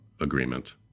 Agreement